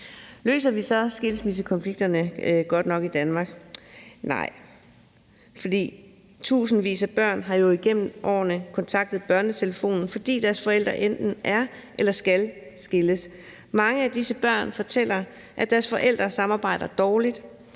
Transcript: Løser vi så skilsmissekonflikterne godt nok i Danmark? Nej. For tusindvis af børn har jo igennem årene kontaktet BørneTelefonen, fordi deres forældre enten er skilt eller skal skilles. Mange af disse børn fortæller, at deres forældre samarbejder dårligt.